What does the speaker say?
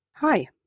Hi